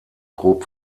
grob